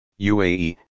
UAE